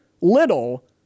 little